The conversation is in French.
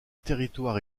territoires